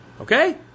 Okay